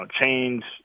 change